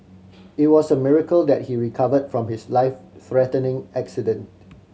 it was a miracle that he recovered from his life threatening accident